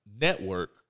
network